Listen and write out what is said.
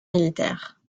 militaire